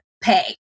pay